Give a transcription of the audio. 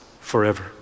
forever